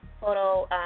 Photo